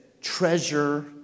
treasure